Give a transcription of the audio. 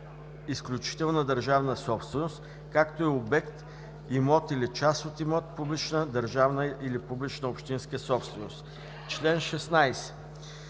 изключителна държавна собственост, както и обект, имот или част от имот – публична държавна или публична общинска собственост.“ По чл.